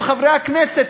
את חברי הכנסת,